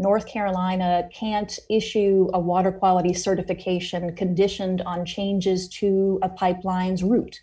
north carolina can't issue a water quality certification or conditioned on changes to a pipelines route